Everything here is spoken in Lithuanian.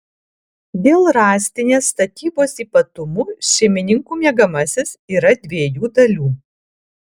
dėl rąstinės statybos ypatumų šeimininkų miegamasis yra dviejų dalių